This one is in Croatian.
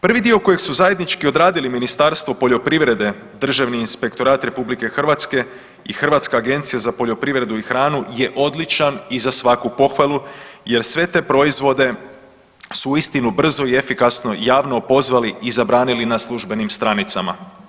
Prvi dio kojeg su zajednički odradili Ministarstvo poljoprivrede, Državni inspektorat RH i Hrvatska agencija za poljoprivredu i hranu je odličan i za svaku pohvalu jer sve te proizvode su uistinu brzo i efikasno javno opozvali i zabranili na službenim stranicama.